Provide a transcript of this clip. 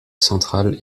centrale